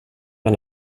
man